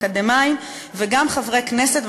אקדמאים וגם חברי כנסת.